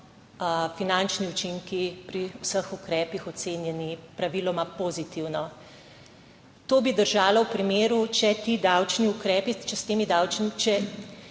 finančni učinki pri vseh ukrepih ocenjeni praviloma pozitivno. To bi držalo v primeru, če ti davčni ukrepi, če bi bili